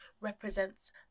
represents